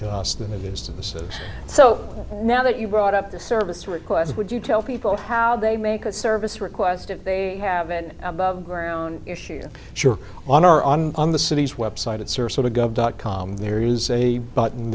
to us than it is to the city so now that you brought up the service request would you tell people how they make a service request if they have an above ground issue sure on our on the city's website it serves sort of gov dot com there is a button